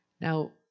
Now